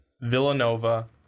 Villanova